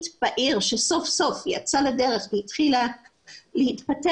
בעיר שסוף סוף יצאה לדרך והתחילה להתפתח,